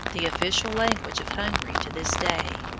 the official language of hungary to this day.